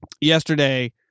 yesterday